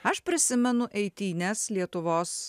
aš prisimenu eitynes lietuvos